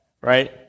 right